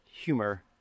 humor